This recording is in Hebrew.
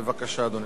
בבקשה, אדוני.